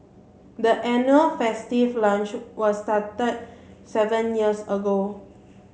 the annual festive lunch was started seven years ago